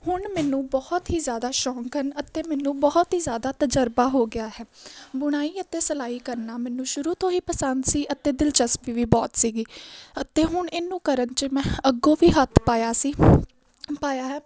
ਹੁਣ ਮੈਨੂੰ ਬਹੁਤ ਹੀ ਜ਼ਿਆਦਾ ਸ਼ੌਂਕ ਹਨ ਅਤੇ ਮੈਨੂੰ ਬਹੁਤ ਹੀ ਜ਼ਿਆਦਾ ਤਜ਼ਰਬਾ ਹੋ ਗਿਆ ਹੈ ਬੁਣਾਈ ਅਤੇ ਸਿਲਾਈ ਕਰਨਾ ਮੈਨੂੰ ਸ਼ੁਰੂ ਤੋਂ ਹੀ ਪਸੰਦ ਸੀ ਅਤੇ ਦਿਲਚਸਪੀ ਵੀ ਬਹੁਤ ਸੀਗੀ ਅਤੇ ਹੁਣ ਇਹਨੂੰ ਕਰਨ 'ਚ ਮੈਂ ਅੱਗੋਂ ਵੀ ਹੱਥ ਪਾਇਆ ਸੀ ਪਾਇਆ ਹੈ